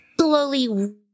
slowly